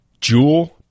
Jewel